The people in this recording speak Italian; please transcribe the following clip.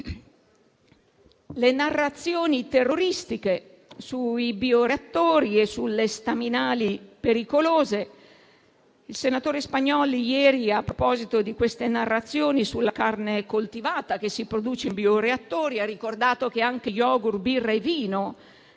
le narrazioni terroristiche sui bioreattori e sulle staminali pericolose. Il senatore Spagnolli ieri, a proposito delle narrazioni sulla carne coltivata che si produce in bioreattori, ha ricordato che anche yogurt, birra e vino,